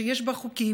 שיש בה חוקים,